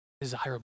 desirable